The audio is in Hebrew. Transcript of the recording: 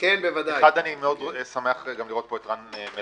אני שמח מאוד לראות פה את רן מלמד,